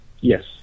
Yes